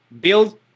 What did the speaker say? build